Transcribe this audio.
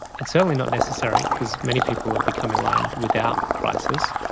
it's certainly not necessary because many people have become enlightened without crisis.